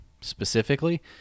specifically